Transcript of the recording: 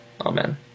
amen